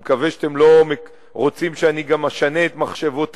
אני מקווה שאתם לא רוצים שאני גם אשנה את מחשבותי.